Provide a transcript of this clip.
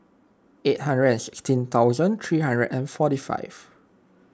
eight hundred and sixteen thousand three hundred and forty five